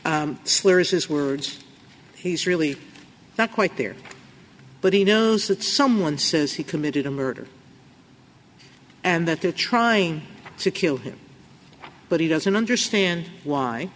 see slurs his words he's really not quite there but he knows that someone says he committed a murder and that they're trying to kill him but he doesn't understand why